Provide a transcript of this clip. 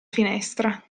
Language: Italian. finestra